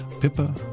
Pippa